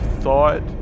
thought